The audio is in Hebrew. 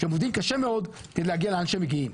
שעובדים קשה מאוד כדי להגיע לאן שהם מגיעים,